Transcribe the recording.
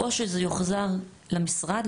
או שזה יוחזר למשרד,